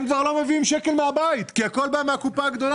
הם כבר לא מביאים שקל מהבית כי הכול בא מהקופה הגדולה.